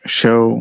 show